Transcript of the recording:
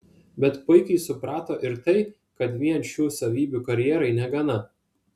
bet puikiai suprato ir tai kad vien šių savybių karjerai negana